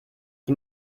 die